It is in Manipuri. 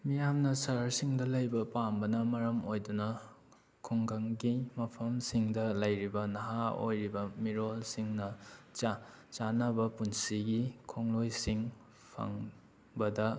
ꯃꯤꯌꯥꯝꯅ ꯁꯍꯔꯁꯤꯡꯗ ꯂꯩꯕ ꯄꯥꯝꯕꯅ ꯃꯔꯝ ꯑꯣꯏꯗꯨꯅ ꯈꯨꯡꯒꯪꯒꯤ ꯃꯐꯝꯁꯤꯡꯗ ꯂꯩꯔꯤꯕ ꯅꯍꯥ ꯑꯣꯏꯔꯤꯕ ꯃꯤꯔꯣꯜꯁꯤꯡꯅ ꯆꯥꯅꯕ ꯄꯨꯟꯁꯤꯒꯤ ꯈꯣꯡꯂꯣꯏꯁꯤꯡ ꯐꯪ ꯕꯗ